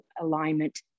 alignment